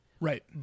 Right